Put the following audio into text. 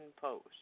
Post